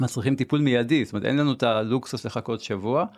מצריכים טיפול מיידי, זאת אומרת אין לנו את הלוקסוס לחכות שבוע.